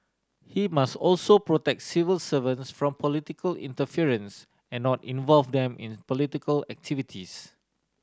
he must also protect civil servants from political interference and not involve them in political activities